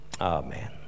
Amen